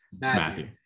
Matthew